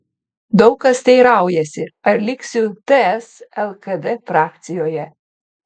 daug kas teiraujasi ar liksiu ts lkd frakcijoje